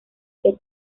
ser